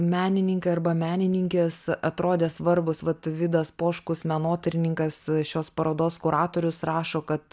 menininkai arba menininkės atrodė svarbūs vat vidas poškus menotyrininkas šios parodos kuratorius rašo kad